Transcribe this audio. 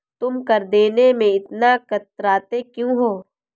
तुम कर देने में इतना कतराते क्यूँ हो?